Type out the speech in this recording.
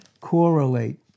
correlate